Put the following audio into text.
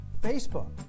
Facebook